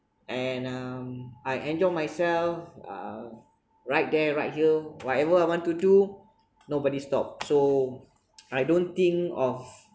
and um I enjoy myself uh ride there ride here whatever I want to do nobody stop so I don't think of